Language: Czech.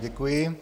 Děkuji.